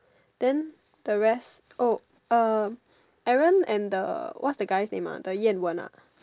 then the rest oh uh Aaron and the what's guy name ah the Yan-Wen ah